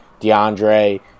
DeAndre